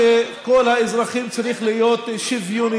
ואת העובדה שכל האזרחים צריכים להיות שוויוניים,